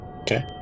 Okay